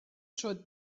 should